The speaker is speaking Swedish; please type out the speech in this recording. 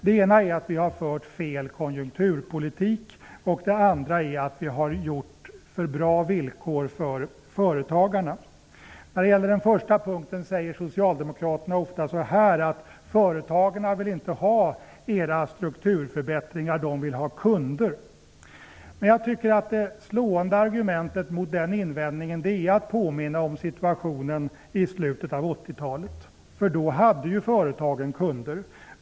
Det ena är att vi har fört fel konjukturpolitik, och det andra är att vi har gett företagarna för bra villkor. När det gäller den första punkten säger Socialdemokraterna ofta så här: Företagen vill inte ha era strukturförbättringar. De vill ha kunder. Det slående argumentet mot den invändningen är att påminna om situationen i slutet av 80-talet. Då hade ju företagen kunder.